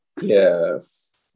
Yes